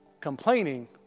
Complaining